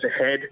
ahead